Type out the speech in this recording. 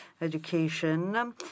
education